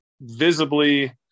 visibly